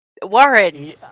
Warren